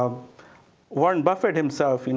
um warren buffett, himself, you know